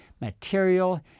material